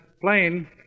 Plane